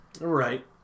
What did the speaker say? Right